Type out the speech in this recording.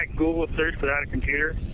google search without a computer.